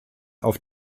auf